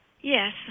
Yes